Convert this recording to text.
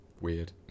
Weird